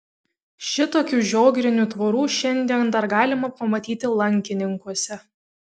šitokių žiogrinių tvorų šiandien dar galima pamatyti lankininkuose